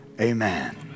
amen